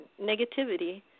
negativity